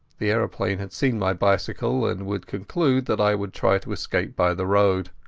the aeroplane had seen my bicycle, and would conclude that i would try to escape by the road.